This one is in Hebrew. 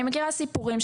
אני מכירה סיפורים.